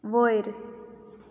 वयर